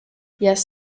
yes